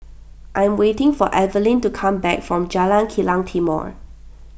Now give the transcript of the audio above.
I am waiting for Evelyne to come back from Jalan Kilang Timor